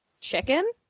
chicken